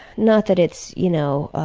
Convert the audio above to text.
not that it's, you know,